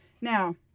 now